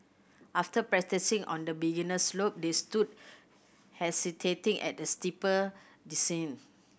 after practising on the beginner slope they stood hesitating at a steeper descent